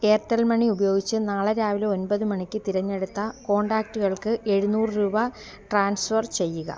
Airtel money ഉപയോഗിച്ച് നാളെ രാവിലെ ഒൻപത് മണിക്ക് തിരഞ്ഞെടുത്ത കോൺടാക്റ്റുകൾക്ക് എഴുനൂറ് രൂപ ട്രാൻസ്ഫർ ചെയ്യുക